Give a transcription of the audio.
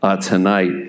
tonight